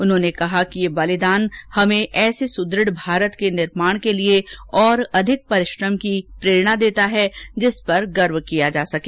उन्होंने कहा कि यह बलिदान हमें ऐसे सुदृढ़ भारत के निर्माण के लिए और अधिक परिश्रम करने की प्रेरणा देता है जिस पर गर्व किया जा सके